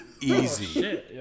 Easy